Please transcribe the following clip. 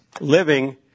Living